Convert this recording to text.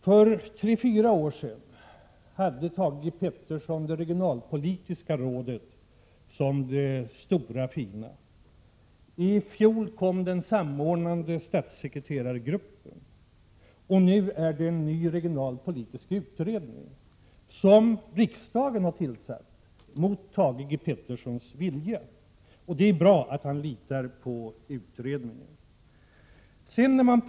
För tre fyra år sedan presenterade Thage G Peterson det regionalpolitiska rådet som något stort och fint. I fjol kom den samordnande statssekreterargruppen. Nu har riksdagen tillsatt en ny regionalpolitisk utredning, mot Thage G Petersons vilja. Det är bra att industriministern litar på den utredningen som han inte vill ha.